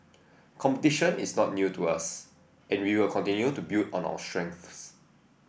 competition is not new to us and we will continue to build on our strengths